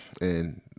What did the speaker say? and-